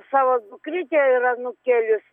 savo dukrytę ir anūkėlius